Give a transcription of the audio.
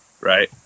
right